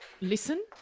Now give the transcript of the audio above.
Listen